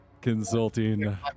Consulting